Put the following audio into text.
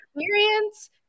experience